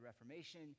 Reformation